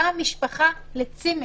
באה משפחה לצימר.